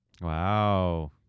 Wow